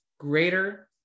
Greater